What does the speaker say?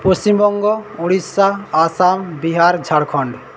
Paschimbanga Orissa Assam Bihar Jharkhand